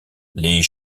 les